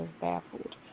baffled